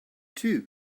too